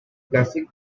classic